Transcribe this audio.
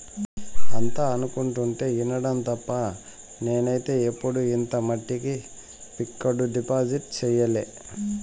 అంతా అనుకుంటుంటే ఇనడం తప్ప నేనైతే ఎప్పుడు ఇంత మట్టికి ఫిక్కడు డిపాజిట్ సెయ్యలే